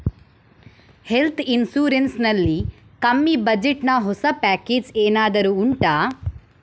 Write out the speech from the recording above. health insurance ನಲ್ಲಿ ಕಮ್ಮಿ budget ನ ಹೊಸ ಪ್ಯಾಕೇಜ್ ಏನಾದರೂ ಉಂಟಾ